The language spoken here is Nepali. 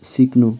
सिक्नु